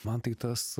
man tai tas